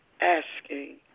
asking